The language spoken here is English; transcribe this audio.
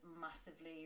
massively